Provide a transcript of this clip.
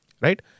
Right